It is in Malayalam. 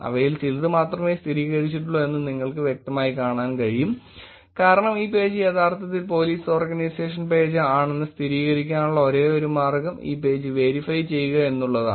അവയിൽ ചിലത് മാത്രമേ സ്ഥിരീകരിച്ചിട്ടുള്ളൂ എന്ന് നിങ്ങൾക്ക് വ്യക്തമായി കാണാൻ കഴിയും കാരണം ഈ പേജ് യഥാർത്ഥത്തിൽ പോലീസ് ഓർഗനൈസേഷൻ പേജ് ആണെന്ന് സ്ഥിരീകരിക്കാനുള്ള ഒരേയൊരു മാർഗ്ഗം ഈ പേജ് വെരിഫൈ ചെയ്യുക എന്നുള്ളതാണ്